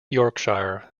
yorkshire